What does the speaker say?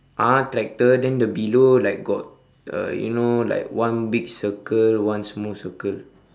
ah tractor then the below like got uh you know like one big circle one small circle